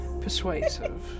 persuasive